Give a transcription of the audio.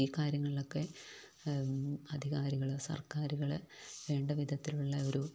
ഈ കാര്യങ്ങളിലൊക്കെ അധികാരികൾ സർക്കാറുകൾ വേണ്ടവിധത്തിലുള്ള ഒരു